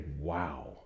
wow